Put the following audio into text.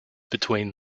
between